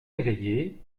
éveillés